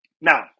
Now